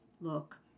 Look